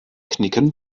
knicken